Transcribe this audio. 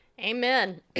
amen